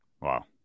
Wow